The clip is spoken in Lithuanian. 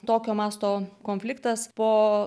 tokio mąsto konfliktas po